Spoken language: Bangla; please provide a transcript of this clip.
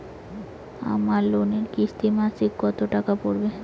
আমার লোনের কিস্তি মাসিক কত টাকা পড়বে?